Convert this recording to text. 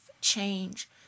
change